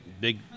big